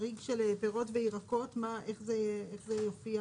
איך יופיע